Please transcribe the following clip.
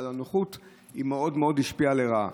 אבל על הנוחות זה מאוד מאוד השפיע לרעה.